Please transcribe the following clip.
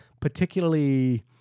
particularly